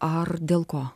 ar dėl ko